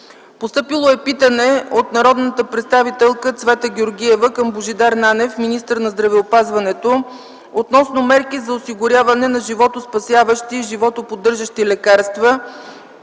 2010 г.; - от народния представител Цвета Георгиева към Божидар Нанев – министър на здравеопазването, относно мерки за осигуряване на животоспасяващи и животоподдържащи лекарства